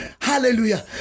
Hallelujah